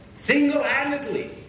single-handedly